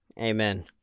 Amen